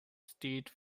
state